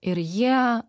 ir jie